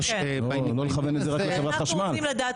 לא לכוון את זה רק לחברת חשמל,